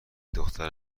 دختر